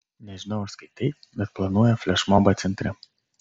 nežinau ar skaitei bet planuoja flešmobą centre